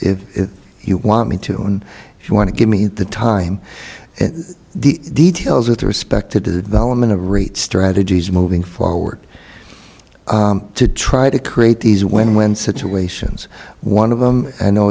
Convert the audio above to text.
if you want me to and she want to give me the time and the details with respect to development of rate strategies moving forward to try to create these women when situations one of them